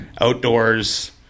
outdoors